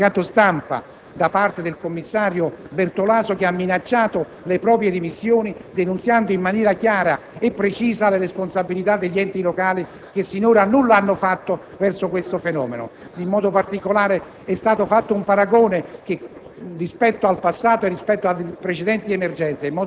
Proprio in questo momento, signor Presidente, è arrivato un comunicato stampa da parte del commissario Bertolaso che ha minacciato le proprie dimissioni, denunziando in maniera chiara e precisa le responsabilità degli enti locali, che sinora nulla hanno fatto verso questo fenomeno. Inoltre, è stato fatto un paragone